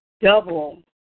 double